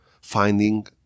finding